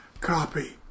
copy